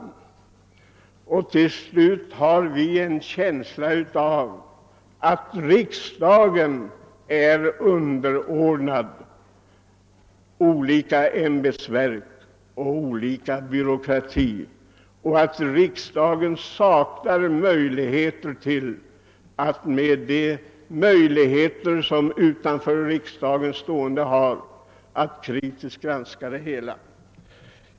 Till slut har vi bibringats en känsla av att riksdagen är underordnad olika ämbetsverk och den därmed förknippade byråkratin och att riksdagen saknar de möjligheter som den utanför riksdagen stående har att kritiskt granska det hela.